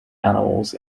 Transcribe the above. animals